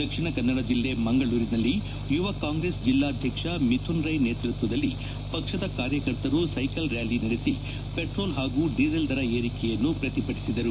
ದಕ್ಷಿಣ ಕನ್ನಡ ಜಲ್ಲೆ ಮಂಗಳೂರಿನಲ್ಲಿ ಯುವ ಕಾಂಗ್ರೆಸ್ ಜಿಲ್ಲಾಧ್ವಕ್ಷ ಮಿಥುನ್ ರೈ ನೇತೃತ್ವದಲ್ಲಿ ಪಕ್ಷದ ಕಾರ್ಯಕರ್ತರು ಸೈಕಲ್ ರ್ಕಾಲಿ ನಡೆಸಿ ಪೆಟ್ರೋಲ್ ಹಾಗೂ ಡೀಸೆಲ್ ದರ ಏರಿಕೆಯನ್ನು ಪ್ರತಿಭಟಿಸಿದರು